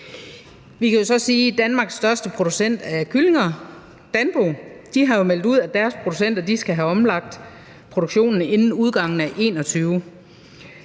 Danmarks største producent af kyllinger, Danpo, har meldt ud, at deres producenter skal have omlagt produktionen inden udgangen af 2021.